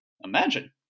Imagine